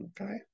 Okay